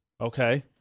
Okay